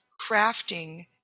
crafting